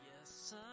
Yes